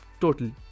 total